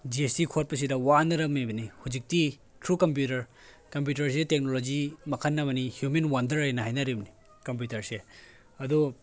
G S T ꯈꯣꯠꯄꯁꯤꯗ ꯋꯥꯟꯅꯔꯝꯃꯤꯕꯅꯤ ꯍꯧꯖꯤꯛꯇꯤ ꯊ꯭ꯔꯨ ꯀꯝꯄ꯭ꯌꯨꯇꯔ ꯀꯝꯄ꯭ꯌꯨꯇꯔꯁꯤ ꯇꯦꯛꯅꯣꯂꯣꯖꯤ ꯃꯈꯜ ꯑꯃꯅꯤ ꯍ꯭ꯌꯨꯃꯦꯟ ꯋꯥꯟꯗꯔ ꯍꯥꯏꯅ ꯍꯥꯏꯅꯔꯤꯕꯅꯤ ꯀꯝꯄ꯭ꯌꯨꯇꯔꯁꯦ ꯑꯗꯨ